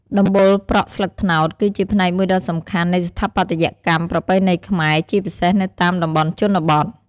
ដំបូលប្រក់ស្លឹកត្នោត គឺជាផ្នែកមួយដ៏សំខាន់នៃស្ថាបត្យកម្មប្រពៃណីខ្មែរ ជាពិសេសនៅតាមតំបន់ជនបទ។